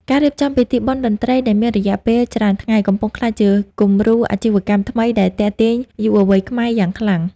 ការរៀបចំពិធីបុណ្យតន្ត្រី ដែលមានរយៈពេលច្រើនថ្ងៃ កំពុងក្លាយជាគំរូអាជីវកម្មថ្មីដែលទាក់ទាញយុវវ័យខ្មែរយ៉ាងខ្លាំង។